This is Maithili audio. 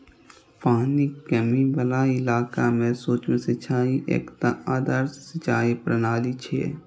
पानिक कमी बला इलाका मे सूक्ष्म सिंचाई एकटा आदर्श सिंचाइ प्रणाली छियै